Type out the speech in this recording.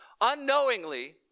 unknowingly